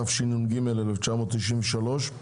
התשנ"ג-1993,